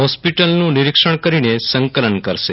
હોસ્પિટલનું નિરીક્ષણ કરીને સંકલન કરશે